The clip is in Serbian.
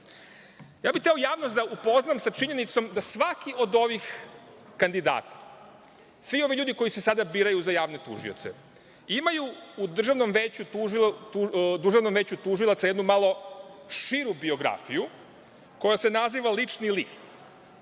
bih javnost da upoznam sa činjenicom da svaki od ovih kandidata, svi ovi ljudi koji se sada biraju za javne tužioce, imaju u Državnom veću tužilaca jednu malo širu biografiju koja se naziva lični list